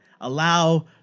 Allow